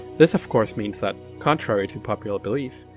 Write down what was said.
this of course means that, contrary to popular belief,